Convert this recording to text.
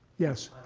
yes?